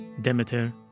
Demeter